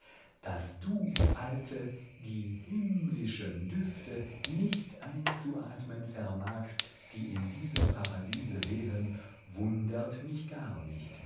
daß du alte die himmlischen düfte nicht einzuatmen vermagst die in diesem paradiese wehen wundert mich gar nicht